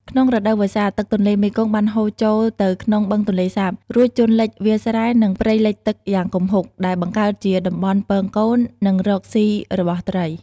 ក្នុងរដូវវស្សា ទឹកទន្លេមេគង្គបានហូរចូលទៅក្នុងបឹងទន្លេសាប រួចជន់លិចវាលស្រែ និងព្រៃលិចទឹកយ៉ាងគំហុក ដែលបង្កើតជាតំបន់ពងកូន និងរកស៊ីរបស់ត្រី។